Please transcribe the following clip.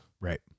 Right